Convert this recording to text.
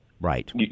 Right